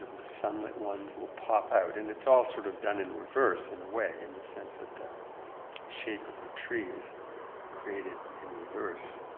the sunlit ones will pop out and it's all sort of done in reverse in a way in the sense that the shape of the tree is created in reverse